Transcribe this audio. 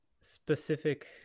specific